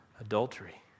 adultery